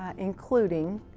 ah including